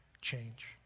change